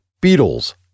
beetles